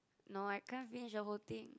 no I can't finish the whole thing